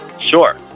Sure